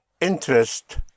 interest